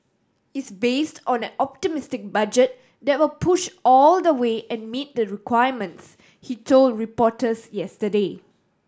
is based on an optimistic budget that will push all the way and meet the requirements he told reporters yesterday